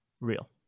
Real